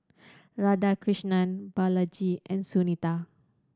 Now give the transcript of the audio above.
Radhakrishnan Balaji and Sunita